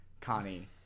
connie